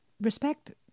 respect